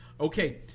okay